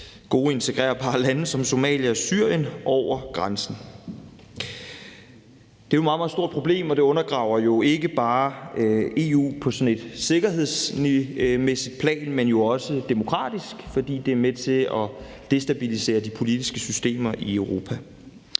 gode, integrerbare lande som Somalia og Syrien over grænsen. Det er et meget, meget stort problem, og det undergraver jo ikke bare EU på sådan et sikkerhedsmæssigt plan, men jo også demokratisk, fordi det er med til at destabilisere de politiske systemer i Europa.